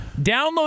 download